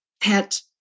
pet